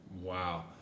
wow